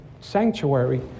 sanctuary